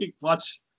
watch